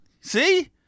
See